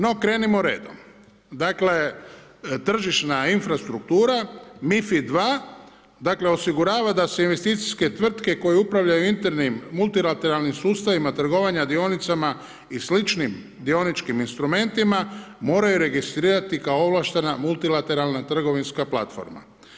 No, krenimo redom, dakle, tržišna infrastruktura, MiFID2 osigurava da se investicijske tvrtke koje upravljaju internim multilateralnim sustavom trgovanje dionicama i sličnim dioničkim instrumentima moraju registrirati kao ovlaštena multilateralnim trgovinska platforma.